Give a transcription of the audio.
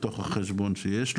מתוך החשבון שיש לו.